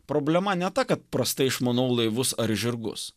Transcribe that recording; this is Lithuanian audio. problema ne ta kad prastai išmanau laivus ar žirgus